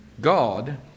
God